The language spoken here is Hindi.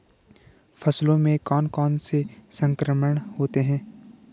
फसलों में कौन कौन से संक्रमण होते हैं?